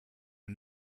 are